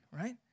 right